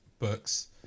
books